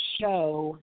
show